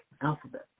alphabet